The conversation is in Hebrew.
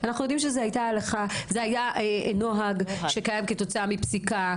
אנחנו יודעים שזה היה נוהג שקיים כתוצאה מפסיקה.